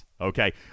Okay